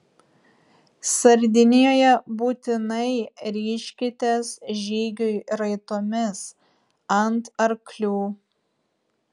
sardinijoje būtinai ryžkitės žygiui raitomis ant arklių